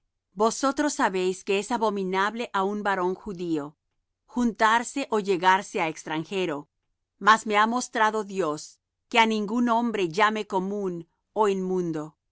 vosotros sabéis que es abominable á un varón judío juntarse ó llegarse á extranjero mas me ha mostrado dios que á ningún hombre llame común ó inmundo